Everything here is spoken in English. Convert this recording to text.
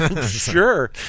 sure